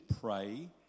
pray